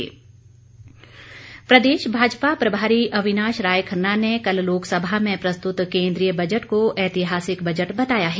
भाजपा प्रदेश भाजपा प्रभारी अविनाश राय खन्ना ने कल लोकसभा में प्रस्तुत केंद्रीय बजट को ऐतिहासिक बजट बताया है